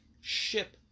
ship